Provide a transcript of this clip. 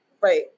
right